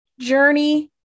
journey